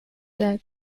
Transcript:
der